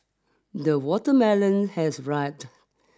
the watermelon has riped